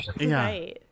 Right